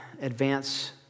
advance